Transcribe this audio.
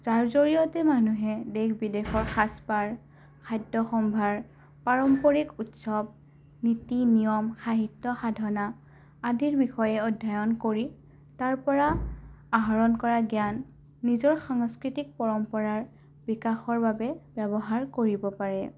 যাৰ জৰিয়তে মানুহে দেশ বিদেশৰ সাজ পাৰ খাদ্য সম্ভাৰ পাৰম্পৰিক উৎসৱ নীতি নিয়ম সাহিত্য সাধনা আদিৰ বিষয়ে অধ্যয়ন কৰি তাৰপৰা আহৰণ কৰা জ্ঞান নিজৰ সাংস্কৃতিক পৰম্পৰাৰ বিকাশৰ বাবে ব্যৱহাৰ কৰিব পাৰে